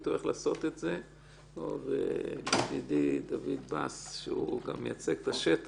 זה דבר שיכול